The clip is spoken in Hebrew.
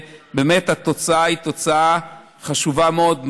באמת התוצאה היא תוצאה חשובה מאוד,